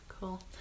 Cool